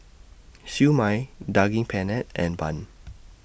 Siew Mai Daging Penyet and Bun